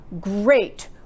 great